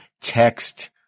text